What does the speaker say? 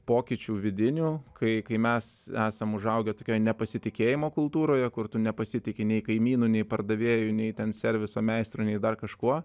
pokyčių vidinių kai kai mes esam užaugę tokioj nepasitikėjimo kultūroje kur tu nepasitiki nei kaimynu nei pardavėju nei ten serviso meistru nei dar kažkuo